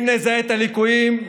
אם נזהה את הליקויים,